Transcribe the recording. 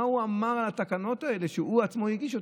מה הוא אמר על התקנות האלה, שהוא עצמו הגיש?